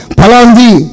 palandi